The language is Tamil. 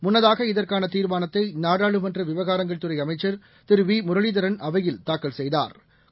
முன்னதாக இதற்கான தீர்மானத்தை நடாளுமன்ற விவகாரங்கள் துறை அமைச்சர் திரு வி முரளிதரன் அவையில் தாக்கல் செய்தாா்